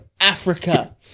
Africa